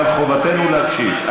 אבל חובתנו להקשיב.